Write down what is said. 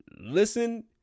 listen